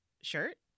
shirt